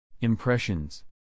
Impressions